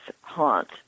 haunt